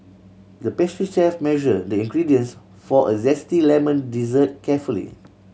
the pastry chef measure the ingredients for a zesty lemon dessert carefully